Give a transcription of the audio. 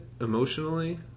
emotionally